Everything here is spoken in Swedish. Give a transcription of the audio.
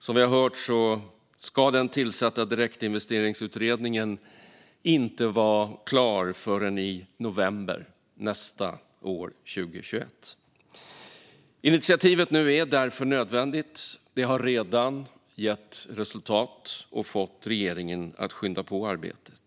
Som vi har hört ska den tillsatta Direktinvesteringsutredningen inte vara klar förrän i november nästa år, 2021. Utskottsinitiativet är därför nödvändigt. Det har redan gett resultat och fått regeringen att skynda på arbetet.